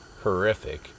horrific